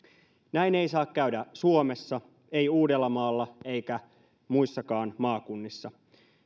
näin ei saa käydä suomessa ei uudellamaalla eikä muissakaan maakunnissa